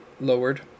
lowered